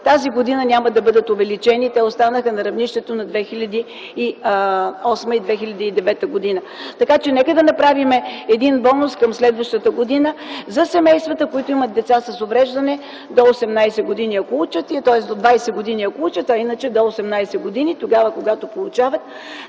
тази година няма да бъдат увеличени. Те останаха на равнището на 2008 и 2009 г. Така че нека да направим един бонус към следващата година за семействата, които имат деца с увреждане - до 20 години, ако учат, а иначе до 18 години, тогава когато получават